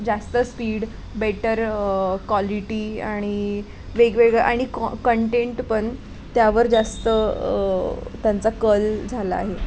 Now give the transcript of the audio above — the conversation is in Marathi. जास्त स्पीड बेटर कॉलिटी आणि वेगवेगळं आणि कॉ कंटेंट पण त्यावर जास्त त्यांचा कल झाला आहे